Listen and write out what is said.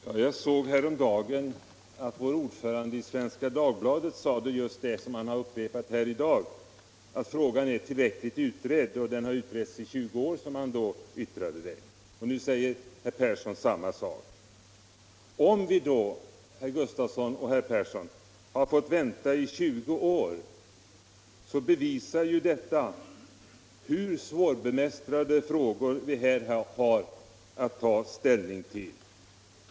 Herr talman! Utskottets ordförande uttalade häromdagen i Svenska Dagbladet det som han har upprepat här i dag, att frågan är tillräckligt utredd — den har utretts i 20 år. Nu säger herr Persson i Heden samma sak. Om vi, herr Gustafson och herr Persson, har fått vänta i 20 år bevisar det hur svårbemästrade frågor vi har att ta ställning till.